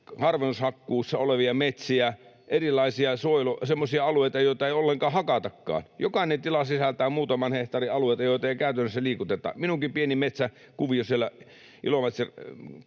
harvennushakkuussa olevia metsiä, erilaisia semmoisia alueita, joita ei ollenkaan hakatakaan. Jokainen tila sisältää muutaman hehtaarin alueita, joita ei käytännössä liikuteta. Minunkin pienessä metsäkuviossani siellä Ilomantsin